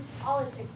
politics